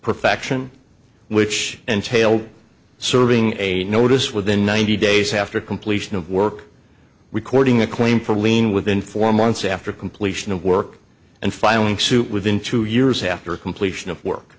perfection which entailed serving a notice within ninety days after completion of work recording a claim for lien within four months after completion of work and filing suit within two years after completion of work